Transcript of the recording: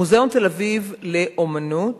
מוזיאון תל-אביב לאמנות